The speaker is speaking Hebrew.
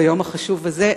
ביום החשוב הזה,